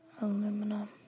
Aluminum